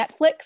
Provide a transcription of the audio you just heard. Netflix